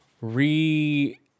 re